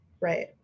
right